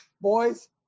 boys